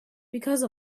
because